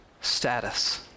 status